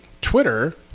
Twitter